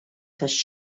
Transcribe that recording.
tax